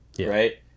right